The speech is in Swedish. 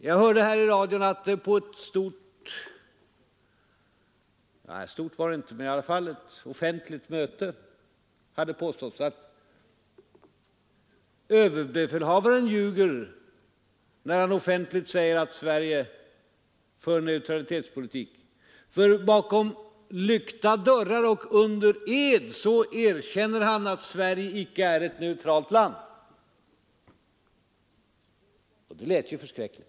Jag hörde i radion att det på ett offentligt möte hade påståtts att överbefälhavaren ljuger, när han offentligt säger att Sverige för en neutralitetspolitik, ty bakom lyckta dörrar och under ed erkänner han att Sverige icke är ett neutralt land. Det låter ju förskräckligt.